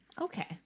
Okay